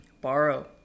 borrow